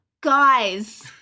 Guys